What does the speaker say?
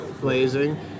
blazing